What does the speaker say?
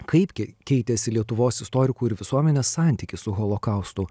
kaipgi kei keitėsi lietuvos istorikų ir visuomenės santykis su holokaustu